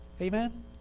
Amen